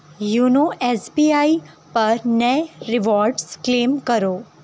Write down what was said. you know S B I پر نئے rewards claim کرو